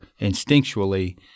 instinctually